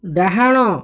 ଡ଼ାହାଣ